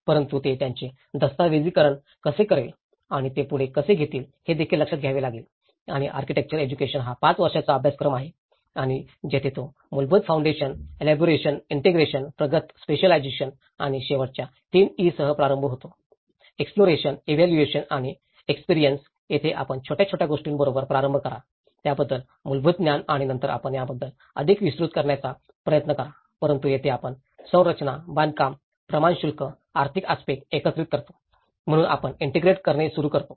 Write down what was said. परंतु ते त्याचे दस्तऐवजीकरण कसे करेल आणि ते पुढे कसे घेतील हेदेखील लक्षात घ्यावे लागेल आणि आर्किटेक्चरल एज्युकेशन हा 5 वर्षाचा अभ्यासक्रम आहे आणि जेथे तो मूलभूत फाउंडेशन एलॅबोरेशन ईंटेग्रेशन प्रगत स्पेशिअलाजेशन आणि शेवटच्या 3 E सह प्रारंभ होतो एक्सप्लोरेशन इव्हॅल्युएशन आणि एक्सपेरियन्स येथे आपण छोट्या छोट्या गोष्टींबरोबर प्रारंभ कराल त्याबद्दल मूलभूत ज्ञान आणि नंतर आपण त्याबद्दल अधिक विस्तृत करण्याचा प्रयत्न करा परंतु येथे आपण संरचना बांधकाम प्रमाण शुल्क आर्थिक आस्पेक्ट एकत्रित करतो म्हणून आपणइन्टिग्रेट करणे सुरू करतो